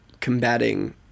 combating